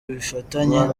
ifitanye